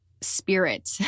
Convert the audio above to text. spirit